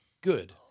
Good